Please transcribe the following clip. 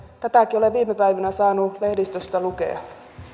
tätäkin olen viime päivinä saanut lehdistöstä lukea